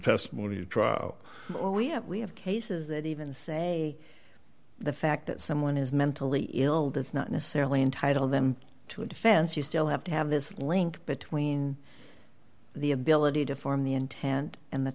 testimony a trial or we have we have cases that even say the fact that someone is mentally ill does not necessarily entitle them to a defense you still have to have this link between the ability to form the intent and the